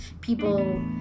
People